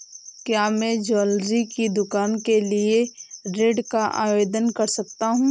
क्या मैं ज्वैलरी की दुकान के लिए ऋण का आवेदन कर सकता हूँ?